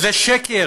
וזה שקר